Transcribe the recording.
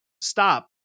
Stop